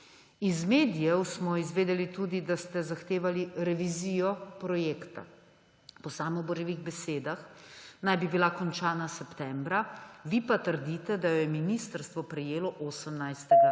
Iz medijev smo izvedeli tudi, da ste zahtevali revizijo projekta. Po Samoborjevih besedah naj bi bila končana septembra, vi pa trdite, da jo je ministrstvo prejelo 18. novembra: